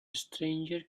stranger